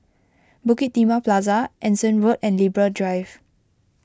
Bukit Timah Plaza Anson Road and Libra Drive